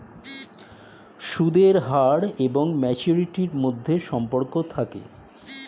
সুদের হার এবং ম্যাচুরিটির মধ্যে সম্পর্ক থাকে